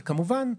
וכמובן,